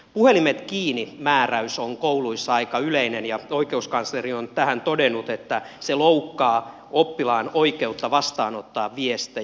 puhelimet kiinni määräys on kouluissa aika yleinen ja oikeuskansleri on tähän liittyen todennut että se loukkaa oppilaan oikeutta vastaanottaa viestejä